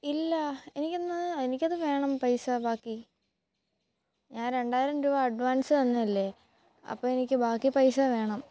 ഇല്ലാ എനിക്കിന്നത് എനിക്കത് വേണം പൈസ ബാക്കി ഞാന് രണ്ടായിരം രൂപ അഡ്വാന്സ് തന്നയല്ലേ അപ്പോള് എനിക്ക് ബാക്കി പൈസ വേണം